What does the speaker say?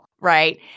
right